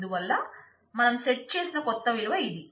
అందువల్ల మనం సెట్ చేసిన కొత్త విలువ ఇది